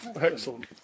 Excellent